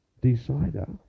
decider